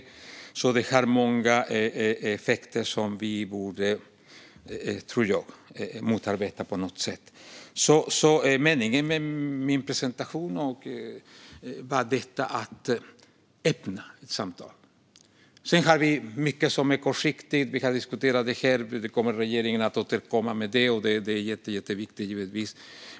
Det har alltså många effekter som vi borde motarbeta på något sätt. Meningen med min presentation var att öppna samtalet. Sedan har vi mycket som är kortsiktigt. Vi har diskuterat det, och regeringen kommer att återkomma - det är naturligtvis jätteviktigt.